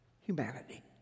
Humanity